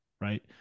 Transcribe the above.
right